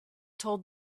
told